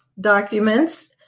documents